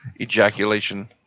Ejaculation